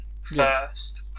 first